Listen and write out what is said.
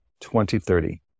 2030